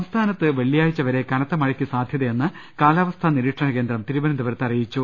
സംസ്ഥാനത്ത് വെള്ളിയാഴ്ച്ച വരെ കനത്ത മഴയ്ക്ക് സാധൃത യെന്ന് കാലാവസ്ഥാ നിരീക്ഷണ കേന്ദ്രം തിരുവനന്തപുരത്ത് അറി യിച്ചു